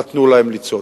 נתנו להם לצעוד.